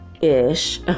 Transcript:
ish